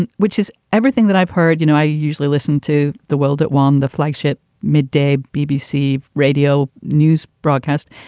and which is everything that i've heard. you know, i usually listen to the world at one, one, the flagship midday bbc radio news broadcast.